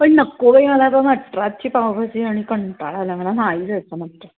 पण नको बाई मला तो नटराजची पावभाजी आणि कंटाळा आला आहे मला नाही जायचं आहे नटराज